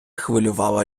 хвилювало